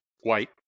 white